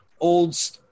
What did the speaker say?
old